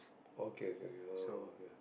okay okay oh okay